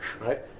right